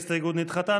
גם הסתייגות זו נדחתה.